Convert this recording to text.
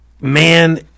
man